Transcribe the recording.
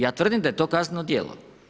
Ja tvrdim da je to kazneno djelo.